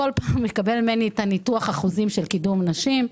כל פעם מקבל ממני את ניתוח האחוזים של קידום נשים.